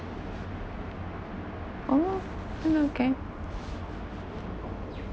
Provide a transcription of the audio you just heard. oh then okay